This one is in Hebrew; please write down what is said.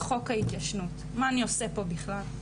חוק ההתיישנות, מה אני עושה פה בכלל?